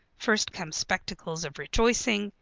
first come spectacles of rejoicing,